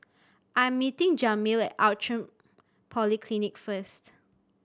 I am meeting Jameel Outram Polyclinic first